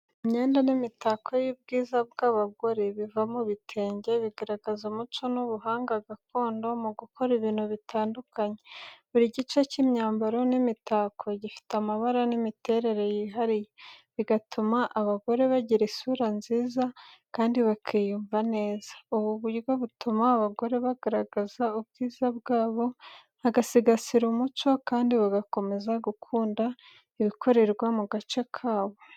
Imyenda n’imitako y'ubwiza by’abagore biva mu bitenge bigaragaza umuco n’ubuhanga gakondo mu gukora ibintu bitandukanye. Buri gice cy’imyambaro n’imitako gifite amabara n’imiterere yihariye, bigatuma abagore bagira isura nziza kandi bakiyumva neza. Ubu buryo butuma abagore bagaragaza ubwiza bwabo, bagasigasira umuco kandi bagakomeza gukunda ibikorerwa mu gace kabo.